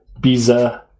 Biza